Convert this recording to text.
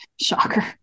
shocker